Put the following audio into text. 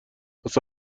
واسه